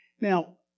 Now